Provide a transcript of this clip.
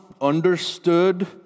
understood